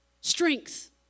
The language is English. strength